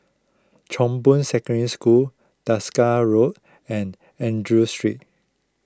Chong Boon Secondary School Desker Road and andrew Street